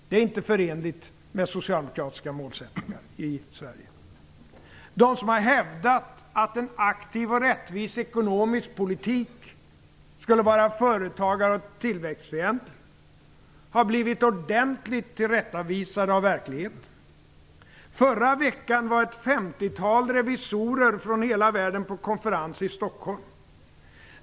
Det är inte förenligt med socialdemokratiska målsättningar i Sverige. De som har hävdat att en aktiv och rättvis ekonomisk politik skulle vara företagar och tillväxtfientlig har blivit ordentligt tillrättavisade av verkligheten. Förra veckan var ett femtiotal revisorer från hela världen på konferens i Stockholm.